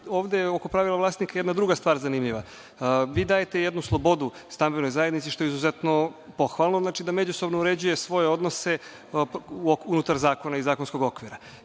ovde, oko pravila vlasnika je jedna druga stvar zanimljiva. Vi dajete jednu slobodu stambenoj zajednici što je izuzetno pohvalno, znači da međusobno uređuje svoje odnose unutar zakona i zakonskog okvira